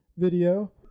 video